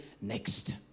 next